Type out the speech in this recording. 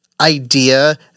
idea